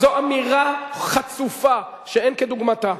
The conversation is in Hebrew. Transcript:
זו אמירה חצופה, שאין כדוגמתה.